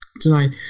tonight